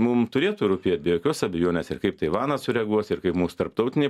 mum turėtų rūpėt be jokios abejonės ir kaip taivanas sureaguos ir kaip mūs tarptautiniai